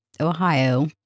Ohio